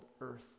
earth